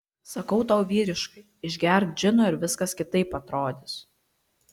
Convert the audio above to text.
sakau tau vyriškai išgerk džino ir viskas kitaip atrodys